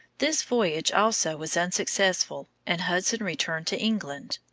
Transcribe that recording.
this voyage also was unsuccessful, and hudson returned to england.